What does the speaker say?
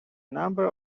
number